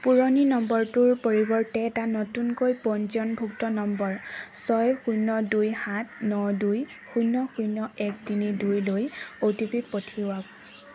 পুৰণি নম্বৰটোৰ পৰিৱৰ্তে এটা নতুনকৈ পঞ্জীয়নভুক্ত নম্বৰ ছয় শূন্য দুই সাত ন দুই শূন্য শূন্য এক তিনি দুইলৈ অ' টি পি পঠিয়াওক